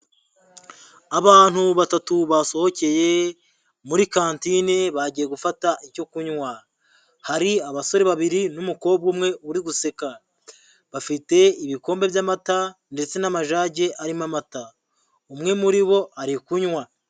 Abantu batatu basohokeye muri kantine bagiye gufata icyo kunywa, hari abasore babiri n'umukobwa umwe uri guseka, bafite ibikombe by'amata ndetse n'amajage arimo amata, umwe muri bo ari kunywa.